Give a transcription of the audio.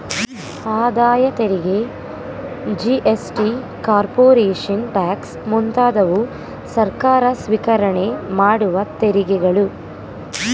ಆದಾಯ ತೆರಿಗೆ GST, corporation tax ಮುಂತಾದವು ಸರ್ಕಾರ ಸ್ವಿಕರಣೆ ಮಾಡುವ ತೆರಿಗೆಗಳು